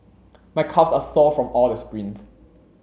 my calves are sore from all the sprints